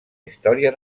història